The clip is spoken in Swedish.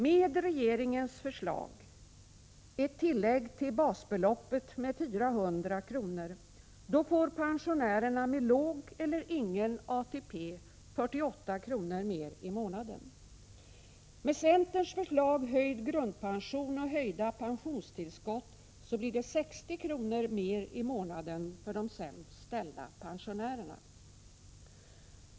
Med regeringens förslag, ett tillägg till basbeloppet med 400 kr., får pensionärer med låg eller ingen ATP 48 kr. mer i månaden. Med centerns förslag, höjd grundpension och höjda pensionstillskott, blir det 60 kr. mer i månaden för de sämst ställda.